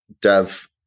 Dev